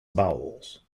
vowels